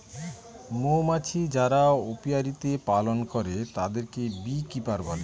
মৌমাছি যারা অপিয়ারীতে পালন করে তাদেরকে বী কিপার বলে